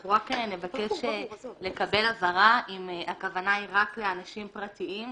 אנחנו רק נבקש לקבל הבהרה אם הכוונה היא רק לאנשים פרטיים,